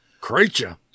creature